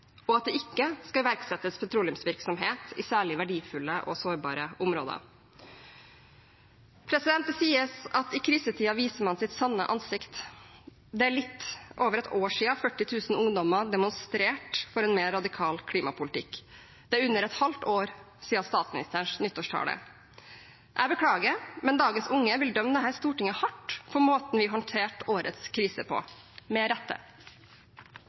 og om at det ikke skal iverksettes petroleumsvirksomhet i særlig verdifulle og sårbare områder. Det sies at man viser sitt sanne ansikt i krisetider. Det er litt over et år siden 40 000 ungdommer demonstrerte for en mer radikal klimapolitikk. Det er under et halvt år siden statsministerens nyttårstale. Jeg beklager, men dagens unge vil dømme dette stortinget hardt for måten vi håndterte årets krise på, og det med rette.